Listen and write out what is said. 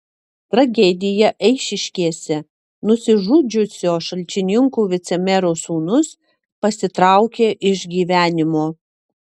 tragedija eišiškėse nusižudžiusio šalčininkų vicemero sūnus pasitraukė iš gyvenimo